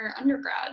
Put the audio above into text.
undergrad